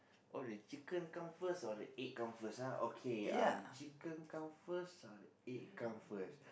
oh the chicken come first or the egg come first ah okay uh chicken come first or the egg come first